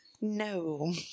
No